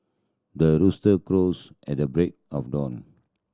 the rooster crows at the break of dawn